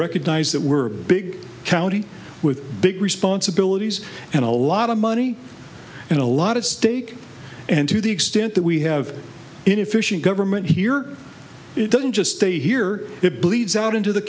recognize that we're a big county with big responsibilities and a lot of money and a lot of stake and to the extent that we have inefficient government here it doesn't just stay here it bleeds out into the